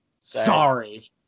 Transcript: Sorry